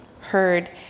heard